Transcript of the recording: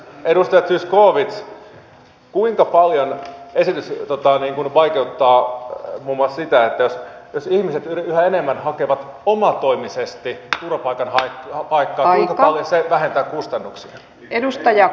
edustaja zyskowicz kuinka paljon esitys vaikeuttaa muun muassa sitä jos ihmiset yhä enemmän hakevat omatoimisesti turvapaikkaa kuinka paljon se vähentää kustannuksia